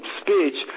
speech